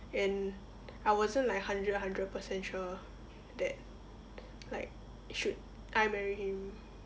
and I wasn't like hundred hundred percent sure that like should I marry him